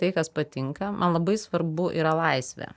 tai kas patinka man labai svarbu yra laisvė